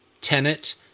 tenet